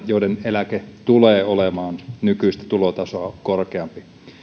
joiden eläke tulee olemaan nykyistä tulotasoa korkeampi